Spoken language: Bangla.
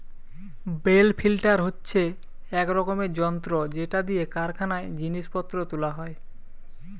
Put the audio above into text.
বেল লিফ্টার হচ্ছে এক রকমের যন্ত্র যেটা দিয়ে কারখানায় জিনিস পত্র তুলা হয়